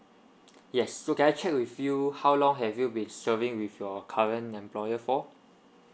yes so can I check with you how long have you been serving with your current employer for